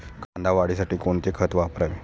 कांदा वाढीसाठी कोणते खत वापरावे?